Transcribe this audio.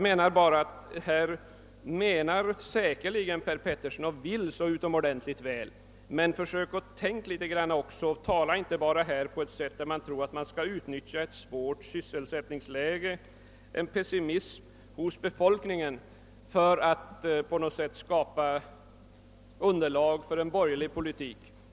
Herr Petersson vill säkerligen så utomordentligt väl. Men försök tänka litet grand också! Försök inte bara utnyttja det besvärliga sysselsättningsläget i Norrbotten och pessimismen hos befolkningen där för att skapa underlag för en borgerlig politik.